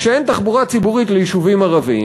כשאין תחבורה ציבורית ליישובים הערביים,